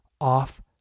off